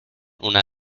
una